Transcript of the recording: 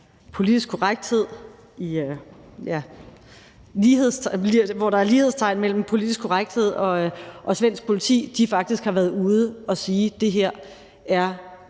politi – hvor der ellers er lighedstegn mellem politisk korrekthed og svensk politi – faktisk har været ude at sige, at det her er